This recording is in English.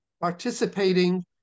participating